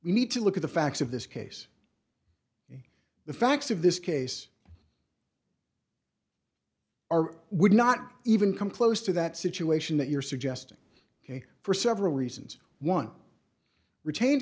we need to look at the facts of this case the facts of this case are would not even come close to that situation that you're suggesting ok for several reasons one retain